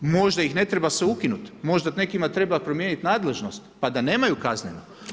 Možda ih ne treba sve ukinuti, možda nekima treba promijeniti nadležnost pa da nemaju kazneno.